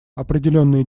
определенные